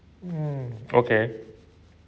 mm okay